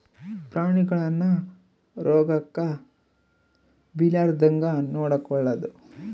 ಪ್ರಾಣಿಗಳನ್ನ ರೋಗಕ್ಕ ಬಿಳಾರ್ದಂಗ ನೊಡಕೊಳದು